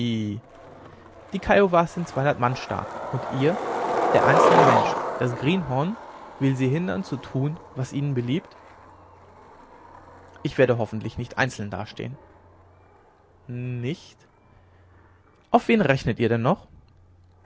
die kiowas sind zweihundert mann stark und ihr der einzelne mensch das greenhorn will sie hindern zu tun was ihnen beliebt ich werde hoffentlich nicht einzeln dastehen nicht auf wen rechnet ihr denn noch